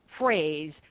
phrase